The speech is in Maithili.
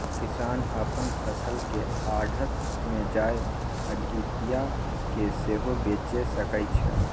किसान अपन फसल केँ आढ़त मे जाए आढ़तिया केँ सेहो बेचि सकै छै